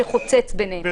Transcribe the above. שחוצץ ביניהן.